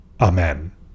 Amen